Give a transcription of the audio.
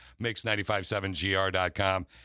Mix957GR.com